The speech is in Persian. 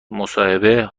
مصاحبه